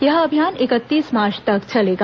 यह अभियान इकतीस मार्च तक चलेगा